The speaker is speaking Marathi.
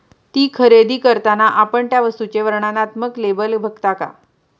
ती खरेदी करताना आपण त्या वस्तूचे वर्णनात्मक लेबल बघता का?